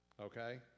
Okay